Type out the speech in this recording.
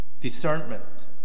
discernment